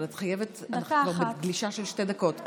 אבל את כבר בגלישה של שתי דקות.